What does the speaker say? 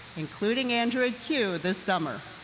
including android q this summer.